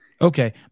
Okay